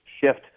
shift